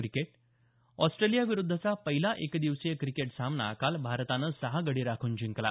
cricket ऑस्ट्रेलियाविरूद्धचा पहिला एकदिवसीय क्रिकेट सामना काल भारतानं सहा गडी राखून जिंकला